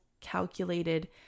calculated